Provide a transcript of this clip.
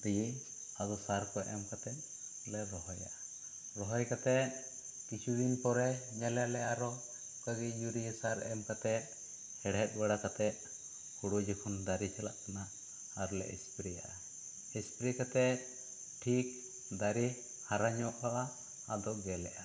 ᱛᱤᱦᱤᱱ ᱟᱫᱚ ᱥᱟᱨ ᱠᱚ ᱮᱢ ᱠᱟᱛᱮᱫ ᱞᱮ ᱨᱚᱦᱚᱭᱟ ᱨᱚᱦᱚᱭ ᱠᱟᱛᱮᱫ ᱠᱤᱪᱷᱩ ᱫᱤᱱ ᱯᱚᱨᱮ ᱧᱮᱞ ᱟᱞᱮ ᱟᱨᱚ ᱟᱹᱨᱤ ᱥᱩᱨᱭᱟ ᱥᱟᱨ ᱮᱢ ᱠᱟᱛᱮᱜ ᱦᱮᱲᱦᱮᱸᱫ ᱵᱟᱲᱟ ᱠᱟᱛᱮᱫ ᱦᱩᱲᱩ ᱡᱚᱠᱷᱚᱱ ᱫᱟᱨᱮ ᱪᱟᱞᱟᱜ ᱠᱟᱱᱟ ᱟᱨ ᱞᱮ ᱮᱥᱯᱮᱨᱮ ᱭᱟᱜ ᱟ ᱮᱥᱯᱮᱨᱮ ᱠᱟᱛᱮᱫ ᱴᱷᱤᱠ ᱫᱟᱨᱮ ᱦᱟᱨᱟ ᱧᱚ ᱜᱚᱜ ᱟ ᱟᱫᱚ ᱜᱮᱞᱮᱜ ᱟ